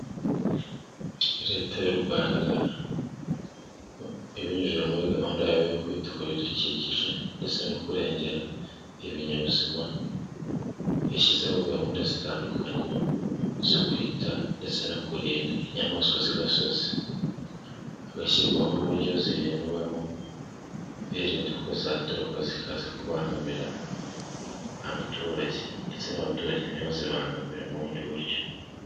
Leta y'u Rwanda ibinyujije muri gahunda yayo yo kwita ku bidukikije, ndetse no kurengera ibinyabuzima, yashyizeho gahunda zitandukanye, zo kwita ndetse no kurinda inyamaswa z'i gasozi. Hagashyirwaho uburyo zirindwamo, birinda ko zatoroka zikaza kubangamira abaturage, ndetse n'abaturage ntibazibangamire mu bundi buryo.